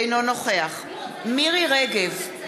אינו נוכח מירי רגב,